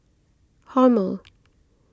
Hormel